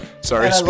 Sorry